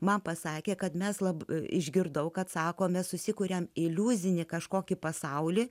man pasakė kad mes labai išgirdau kad sako mes susikuriame iliuzinį kažkokį pasaulį